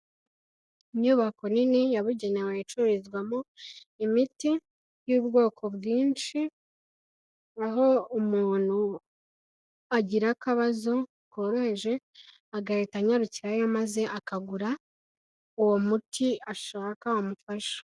Inyubako nini yabugenewe icurizwamo imiti y'ubwoko bwinshi aho umuntu agira akabazo koroheje agahita anyarukirayo maze akagura uwo muti ashaka wamufasha.